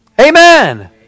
Amen